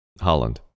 Holland